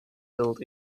built